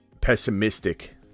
pessimistic